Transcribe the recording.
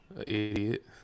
idiot